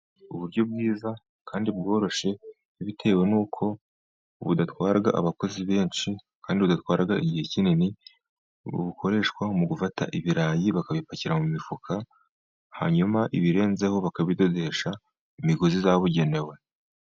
Uburyo bwiza kandi bworoshyetewe n'uko budatwara abakozi benshi kandi bugatwara igihe kinini. Bukoreshwa mu gufata ibirayi bakabipakira mu mifuka hanyuma ibirenzeho bakabidodesha imigozi zabugenewe.